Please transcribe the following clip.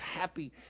happy